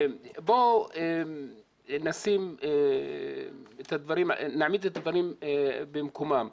בואו נעמיד את הדברים במקומם.